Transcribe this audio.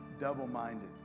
double-minded